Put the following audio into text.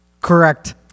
Correct